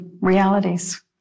realities